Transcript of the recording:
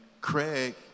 Craig